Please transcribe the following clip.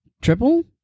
triple